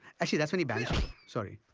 actually that's when he banishes sorry.